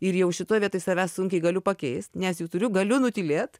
ir jau šitoj vietoj savęs sunkiai galiu pakeist nes jau turiu galiu nutylėt